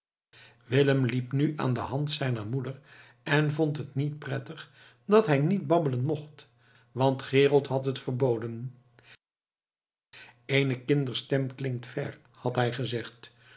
willem liep nu aan de hand zijner moeder en vond het niet prettig dat hij niet babbelen mocht want gerold had het verboden eene kinderstem klinkt ver had hij gezegd